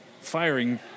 firing